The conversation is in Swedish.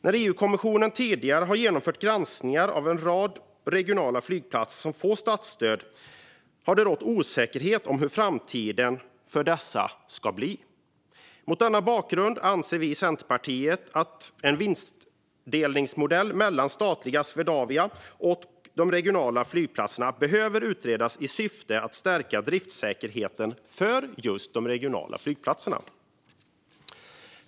När EU-kommissionen tidigare har genomfört granskningar av en rad regionala flygplatser som får statsstöd har det rått osäkerhet om hur framtiden för dessa ska bli. Mot denna bakgrund anser vi i Centerpartiet att en vinstdelningsmodell mellan statliga Swedavia och de regionala flygplatserna behöver utredas i syfte att stärka driftssäkerheten för just de regionala flygplatserna.